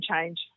change